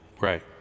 right